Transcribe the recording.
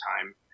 time